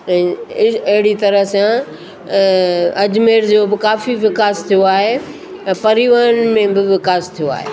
ऐं ए अहिड़ी तरह सां अजमेर जो बि काफ़ी विकास थियो आहे ऐं परिवहन में बि विकास थियो आहे